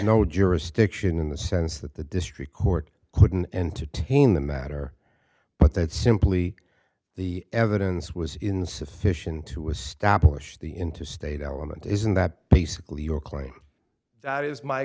no jurisdiction in the sense that the district court couldn't entertain the matter but that simply the evidence was insufficient to establish the interstate element isn't that basically your claim it is my